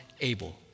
Abel